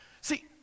See